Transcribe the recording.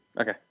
Okay